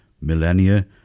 Millennia